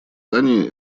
заседании